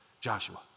Joshua